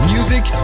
Music